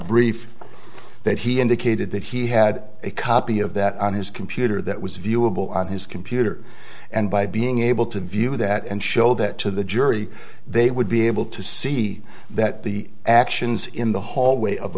brief that he indicated that he had a copy of that on his computer that was viewable on his computer and by being able to view that and show that to the jury they would be able to see that the actions in the hallway of